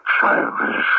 childish